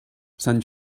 sant